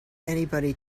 anybody